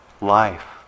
life